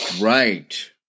Right